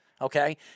Okay